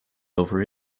over